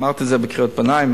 אמרתי את זה בקריאות ביניים,